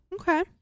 Okay